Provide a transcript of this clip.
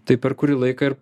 tai per kurį laiką ir